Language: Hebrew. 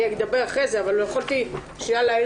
אני אדבר אחרי זה אבל לא יכולתי שנייה שלא להעיר